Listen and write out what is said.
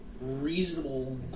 reasonable